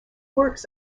works